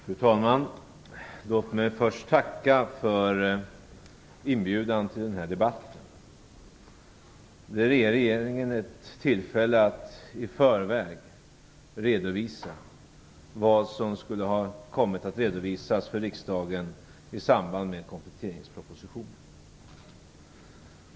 Fru talman! Låt mig först tacka för inbjudan till denna debatt. Den ger regeringen ett tillfälle att i förväg redovisa vad som skulle ha redovisats för riksdagen i samband med kompletteringspropositionen.